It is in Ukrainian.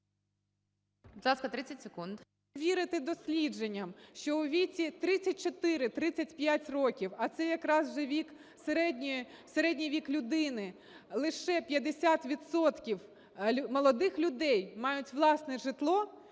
…вірити дослідженням, що у віці 34-35 років, а це якраз вже вік, середній вік людини, лише 50 відсотків молодих людей мають власне житло,